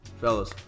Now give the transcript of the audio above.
Fellas